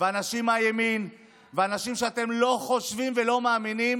אנשים מהימין ואנשים שאתם לא חושבים ולא מאמינים